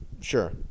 sure